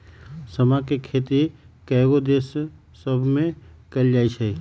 समा के खेती कयगो देश सभमें कएल जाइ छइ